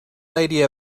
lady